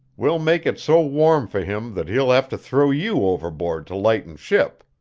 we'll make it so warm for him that he'll have to throw you overboard to lighten ship.